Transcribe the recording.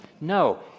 No